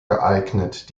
geeignet